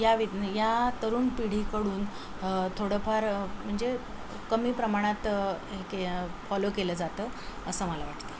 या विद् नाही या तरुण पिढीकडून थोडंफार म्हणजे कमी प्रमाणात हे के फॉलो केलं जातं असं मला वाटतं